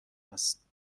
است